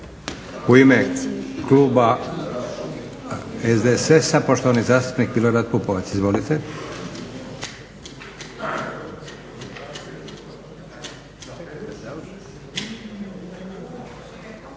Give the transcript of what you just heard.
U ime Kluba SDSS-a poštovani zastupnik Milorad Pupovac. Izvolite.